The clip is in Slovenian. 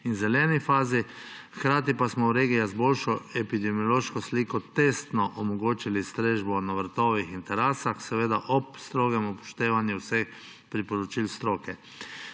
in zeleni fazi, hkrati pa smo v regijah z boljšo epidemiološko sliko testno omogočili strežbo na vrtovih in terasah, seveda ob strogem upoštevanju vseh priporočil stroke.